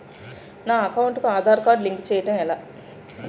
నా అకౌంట్ కు Aadhaar card link చేయడం ఎలా?